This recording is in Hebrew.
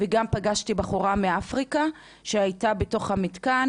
וגם פגשתי בחורה מאפריקה שהייתה בתוך המתקן.